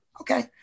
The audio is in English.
Okay